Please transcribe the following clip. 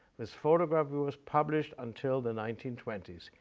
these photogravures, published until the nineteen twenty s.